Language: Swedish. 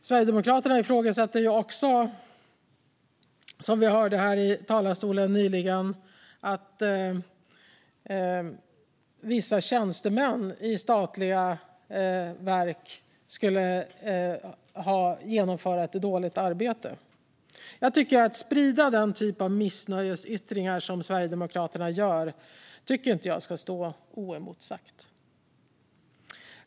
Sverigedemokraterna menar också, som vi nyss hörde från talarstolen, att vissa tjänstemän i statliga verk skulle göra ett dåligt arbete. Den typ av missnöjesyttringar som Sverigedemokraterna sprider tycker jag inte ska stå oemotsagda.